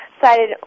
cited